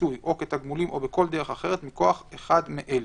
כפיצוי או כתגמולים או בכל דרך אחרת מכוח אחד מאלה: